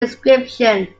inscription